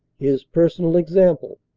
his personal example,